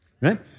right